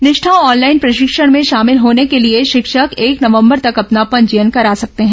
निष्ठा ऑनलाइन प्रशिक्षण में शामिल होने के लिए शिक्षक एक नवम्बर तक अपना पंजीयन करा सकते हैं